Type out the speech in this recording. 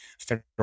federal